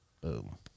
Boom